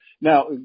Now